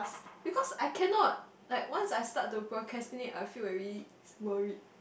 because I cannot like once I start to procrastinate I'll feel very worried